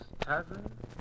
Tavern